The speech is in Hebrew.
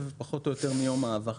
פחות או יותר 3 שבועות מיום ההעברה.